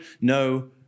no